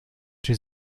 czy